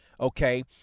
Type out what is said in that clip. Okay